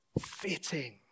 fitting